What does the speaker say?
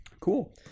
Cool